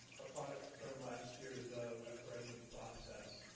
a product from last year's referendum process,